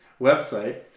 website